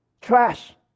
Trash